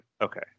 okay